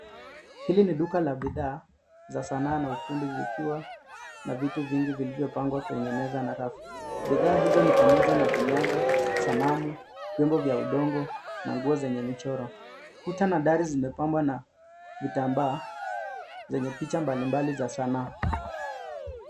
Hili ni duka la bidha za sanaa na ufundi zikiwa na vitu vingi vilivyopangwa kwenye meza na rafu. Bidhaa hizo ni pamoja na vinyago, sanamu, vyombo vya udongo na nguo zenye michoro. Kuta na dari zimepambwa na vitambaa zenye picha mbalimbali za sanaa.